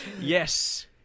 Yes